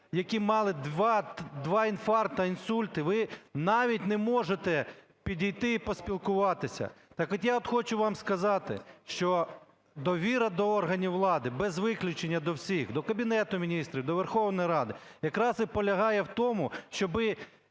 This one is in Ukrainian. які мали два інфаркти, інсульти, ви навіть не можете підійти і поспілкуватися. Так от, я вам хочу сказати, що довіра до органів влади, без виключення, до всіх – до Кабінету Міністрів, до Верховної Ради – якраз і полягає в тому, щоби